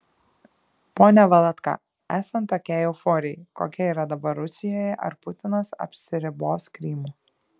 pone valatka esant tokiai euforijai kokia yra dabar rusijoje ar putinas apsiribos krymu